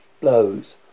blows